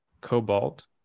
cobalt